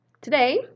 Today